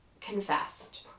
confessed